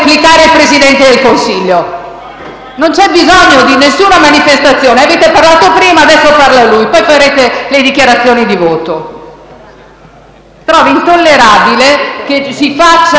Non c'è bisogno di nessuna manifestazione. Avete parlato prima, adesso parla lui, poi farete le dichiarazioni di voto. Trovo intollerabile che ci si